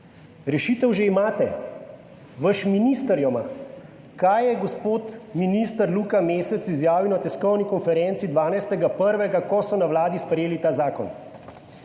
Rešitev že imate, vaš minister jo ima. Kaj je gospod minister Luka Mesec izjavil na tiskovni konferenci, 12. 1., ko so na Vladi sprejeli ta zakon.